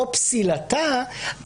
זאת אומרת,